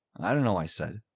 i don't know. i said,